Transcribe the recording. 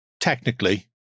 technically